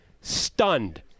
stunned